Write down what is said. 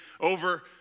over